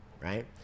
right